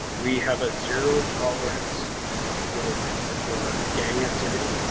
we have a zero tolerance rule for gang activity.